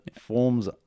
forms